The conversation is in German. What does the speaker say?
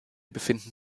befinden